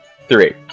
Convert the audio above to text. three